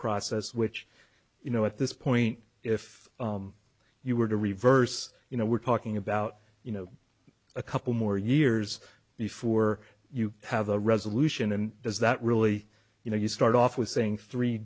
process which you know at this point if you were to reverse you know we're talking about you know a couple more years before you have a resolution and does that really you know you start off with saying three